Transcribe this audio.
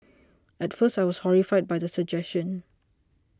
at first I was horrified by the suggestion